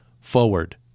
Forward